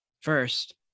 First